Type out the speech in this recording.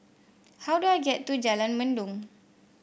how do I get to Jalan Mendong